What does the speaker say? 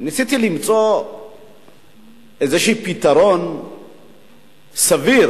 ניסיתי למצוא איזשהו פתרון סביר,